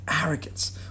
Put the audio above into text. arrogance